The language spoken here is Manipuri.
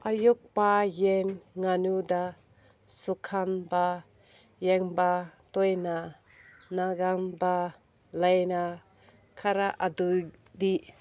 ꯑꯌꯣꯛꯄ ꯌꯦꯟ ꯉꯥꯅꯨꯗ ꯁꯣꯛꯍꯟꯕ ꯌꯦꯡꯕ ꯇꯣꯏꯅ ꯅꯥꯒꯟꯕ ꯂꯥꯏꯅꯥ ꯈꯔ ꯑꯗꯨꯗꯤ